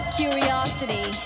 curiosity